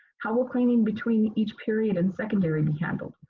how will cleaning between each period and secondary be handled?